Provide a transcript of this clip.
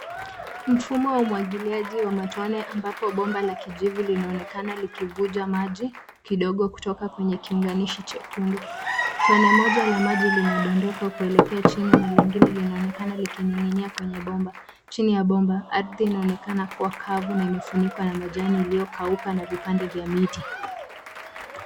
Mfumo wa umwagiliaji wa matone ambapo bomba la kijivu linaonekana likivuja maji kidogo kutoka kwenye kiunganishi chekundu. Tone moja la maji linadondoka kuelekea chini na lingine linaonekana likining'inia kwenye bomba. Chini ya bomba, ardhi inaonekana kuwa kavu na imefunikwa na majani iliyokauka na vipande vya miti.